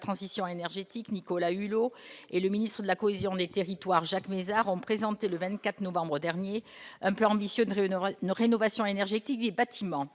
transition énergétique, Nicolas Hulot et le ministre de la cohésion des territoires Jacques Mézard ont présenté le 24 novembre dernier un peu ambitionne Renaud-Bray une rénovation énergétique des bâtiments,